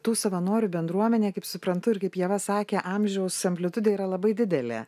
tų savanorių bendruomenė kaip suprantu ir kaip ieva sakė amžiaus amplitudė yra labai didelė